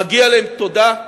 מגיעה להם תודה.